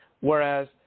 Whereas